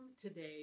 today